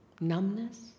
numbness